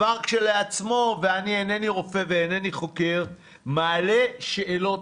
אני אינני רופא ואינני חוקר אבל זה מעלה שאלות